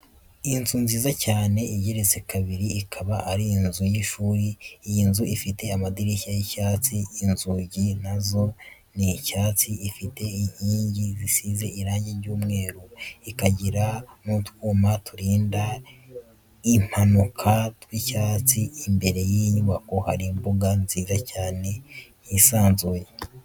Inzu nziza cyane igeretse kabiri, ikaba ari inzu y'ishuri, iyi nzu ifite amadirishya y'icyatsi, inzugi na zo ni icyatsi, ifite inkingi zisize irange ry'umweru, ikagira n'utwuma turinda impanuka tw'icyatsi. imbere y'iyi nyubako hari imbuga nziza cyane yisanzuye.